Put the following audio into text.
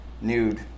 Nude